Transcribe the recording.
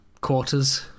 quarters